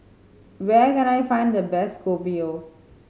where can I find the best Kopi O